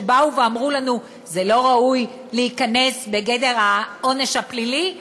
שבאו ואמרו לנו: זה לא ראוי להיכנס בגדר העונש הפלילי,